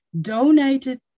donated